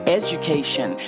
education